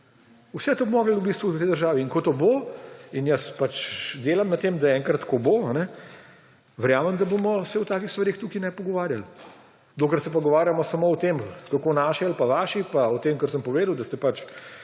Vse to bi v bistvu morali. In ko to bo, jaz pač delam na tem, da enkrat ko bo, verjamem, da se o takih stvareh tukaj ne bi pogovarjali. Dokler se pogovarjamo samo o tem, kako naši ali pa vaši, pa o tem, kar sem povedal, da imate